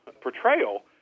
portrayal